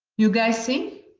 you guys see?